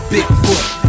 Bigfoot